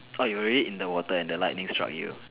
orh you already in the water and the lightning struck you